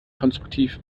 konstruktiv